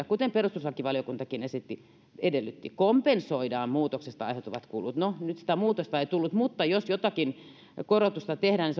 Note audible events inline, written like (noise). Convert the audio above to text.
(unintelligible) kuten perustuslakivaliokuntakin edellytti kompensoidaan muutoksesta aiheutuvat kulut no nyt sitä muutosta ei tullut mutta jos jotakin korotusta tehdään (unintelligible)